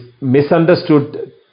Misunderstood